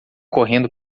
correndo